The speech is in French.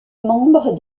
membre